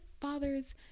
fathers